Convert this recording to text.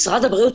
משרד הבריאות,